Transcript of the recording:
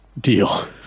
deal